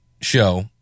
show